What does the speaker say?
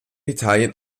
italien